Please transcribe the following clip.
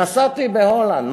נסעתי בהולנד.